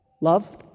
Love